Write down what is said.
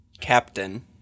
Captain